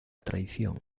traición